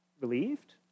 Relieved